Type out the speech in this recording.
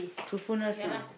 truthfulness lah